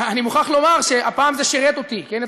אני מוכרח לומר שהפעם זה שירת אותי, כן?